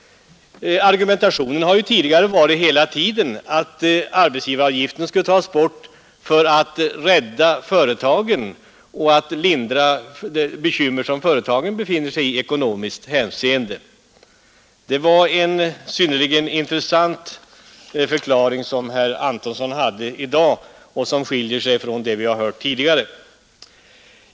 Argumentationen har ju tidigare hela tiden varit att arbetsgivaravgiften skulle tas bort för att rädda företagen och lindra de bekymmer i ekonomiskt hänseende som företagen befinner sig i. Det var en synnerligen intressant motivering som herr Antonsson i dag gav. Den skiljer sig från det vi har hört tidigare.